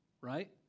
right